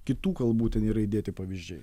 kitų kalbų ten yra įdėti pavyzdžiai